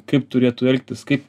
kaip turėtų elgtis kaip